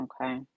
okay